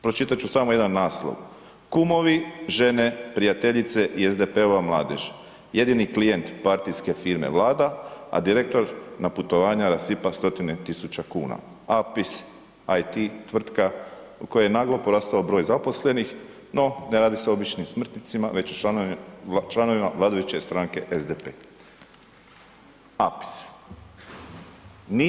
Pročitat ću samo jedan naslov, kumovi, žene, prijateljice i SDP-ova mladež jedini klijent partijske firme vlada, a direktor na putovanja rasipa 100-tine tisuća kuna, Apis, IT tvrtka kojoj je naglo porastao broj zaposlenih, no ne radi se o običnim smrtnicima već o članovima vladajuće stranke SDP, Apis.